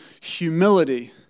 humility